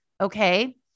Okay